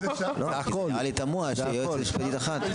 נראה לי תמוהה שיש יועצת משפטית אחת.